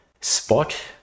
spot